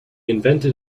invented